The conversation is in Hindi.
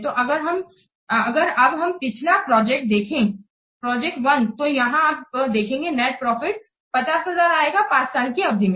तो अगर अब हम पिछला प्रोजेक्ट देखेंगे प्रोजेक्ट 1 तो यहां आप देखेंगे नेट प्रॉफिट 50000 आएगा 5 साल की अवधि में